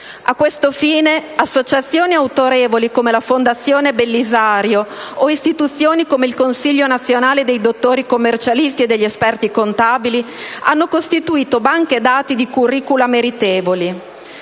A questo fine associazioni autorevoli come la Fondazione Bellisario o istituzioni come il Consiglio nazionale dei dottori commercialisti e degli esperti contabili hanno costituito banche dati di *curricula* meritevoli.